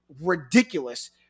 ridiculous